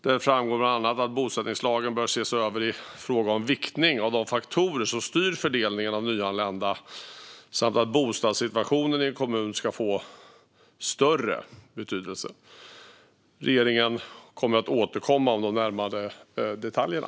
Där framgår bland annat att bosättningslagen bör ses över i fråga om viktningen av de faktorer som styr fördelningen av nyanlända samt att bostadssituationen i en kommun ska få större betydelse. Regeringen kommer att återkomma om de närmare detaljerna.